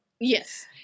Yes